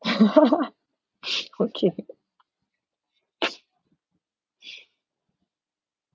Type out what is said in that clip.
okay